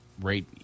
right